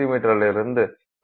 me வரை செல்கிறோம்